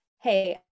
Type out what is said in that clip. hey